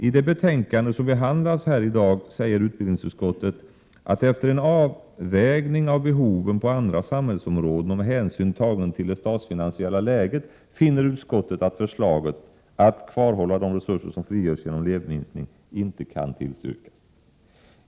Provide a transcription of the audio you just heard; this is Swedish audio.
I det betänkande som behandlas här i dag säger utbildningsutskottet att efter en avvägning av behoven på andra samhällsområden och med hänsyn tagen till det statsfinansiella läget finner utskottet att förslaget att kvarhålla de resurser som frigörs genom elevminskning inte kan tillstyrkas.